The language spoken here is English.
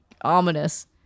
ominous